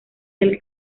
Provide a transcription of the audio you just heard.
del